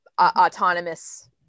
autonomous